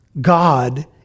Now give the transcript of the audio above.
God